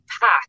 pack